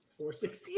468